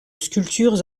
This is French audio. sculptures